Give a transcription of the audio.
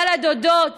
אבל הדודות